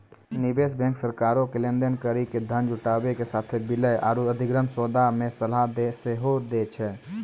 निवेश बैंक सरकारो के लेन देन करि के धन जुटाबै के साथे विलय आरु अधिग्रहण सौदा मे सलाह सेहो दै छै